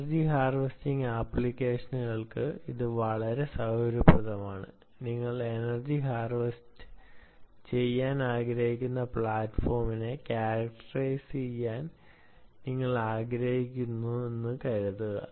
energy harvesting ആപ്ലിക്കേഷനുകൾക്ക് ഇത് വളരെ സൌകര്യപ്രദമാണ് നിങ്ങൾ എനർജി ഹാർവെസ്റ്റ് ചെയ്യാൻ ആഗ്രഹിക്കുന്ന പ്ലാറ്റ്ഫോമിനെ ക്യാരക്റ്ററീസ് ചെയ്യാൻ നിങ്ങൾ ആഗ്രഹിക്കുന്നുവെന്ന് കരുതുക